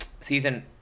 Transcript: season।